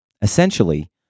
Essentially